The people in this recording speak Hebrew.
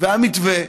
והיה מתווה.